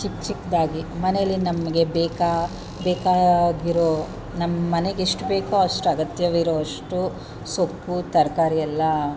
ಚಿಕ್ಕ ಚಿಕ್ಕದಾಗಿ ಮನೇಲಿ ನಮಗೆ ಬೇಕಾ ಬೇಕಾಗಿರೋ ನಮ್ಮ ಮನೆಗೆಷ್ಟು ಬೇಕೊ ಅಷ್ಟು ಅಗತ್ಯವಿರೋ ಅಷ್ಟು ಸೊಪ್ಪು ತರಕಾರಿ ಎಲ್ಲ